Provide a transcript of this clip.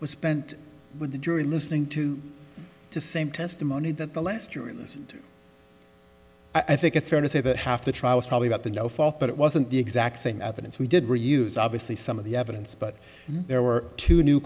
was spent with the jury listening to the same testimony that the last year in this i think it's fair to say that half the trial was probably about the no fault but it wasn't the exact same evidence we did reuse obviously some of the evidence but there were two new